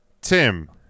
Tim